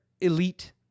elite